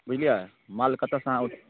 बुझलिए माल कतऽसँ अहाँ